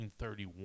1931